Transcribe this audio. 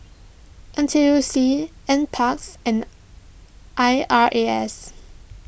N T U C NParks and I R A S